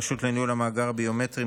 הרשות לניהול המאגר הביומטרי,